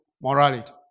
morality